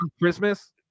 Christmas